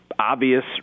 obvious